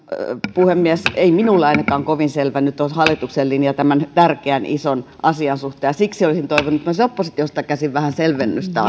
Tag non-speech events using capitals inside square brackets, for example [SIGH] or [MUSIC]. puhemies ei ainakaan minulle kovin selvä nyt ole hallituksen linja tämän tärkeän ison asian suhteen ja siksi olisin toivonut myös oppositiosta käsin vähän selvennystä [UNINTELLIGIBLE]